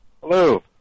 Hello